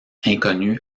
inconnus